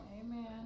Amen